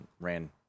ran